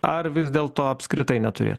ar vis dėlto apskritai neturėt